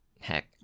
heck